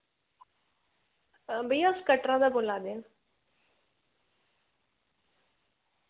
भैया अस कटरा दा बोल्ला ने